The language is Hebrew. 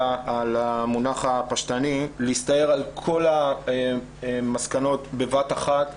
המונח הפשטני על כל המסקנות בבת אחת,